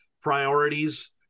priorities